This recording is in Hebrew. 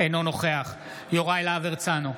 אינו נוכח יוראי להב הרצנו,